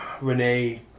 Renee